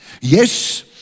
Yes